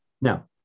Now